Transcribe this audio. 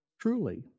truly